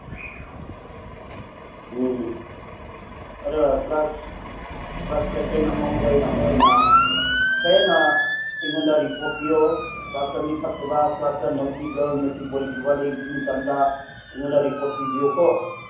ꯎꯝ ꯑꯗꯣ class class captain ꯑꯃ ꯑꯣꯏꯅ ꯑꯣꯏꯅ ꯍꯦꯟꯅ ꯑꯩꯉꯣꯟꯗ ꯔꯤꯄꯣꯔꯠ ꯄꯤꯌꯣ ꯀ꯭ꯂꯥꯁꯇ ꯃꯤ ꯐꯠꯇꯕ ꯀ꯭ꯂꯥꯁꯇ ꯅꯣꯇꯤ ꯒꯥꯔꯜ ꯅꯣꯇꯤ ꯕꯣꯏꯒꯨꯝꯕ ꯂꯩꯕ ꯃꯇꯝꯗ ꯑꯩꯉꯣꯟꯗ ꯔꯤꯄꯣꯔꯠ ꯄꯤꯕꯤꯌꯨꯀꯣ